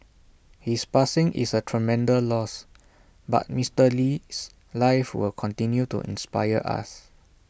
his passing is A tremendous loss but Mister Lee's life will continue to inspire us